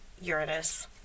Uranus